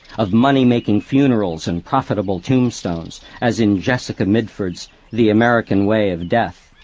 of moneymaking funerals and profitable tombstones, as in jessica mitford's the american way of death.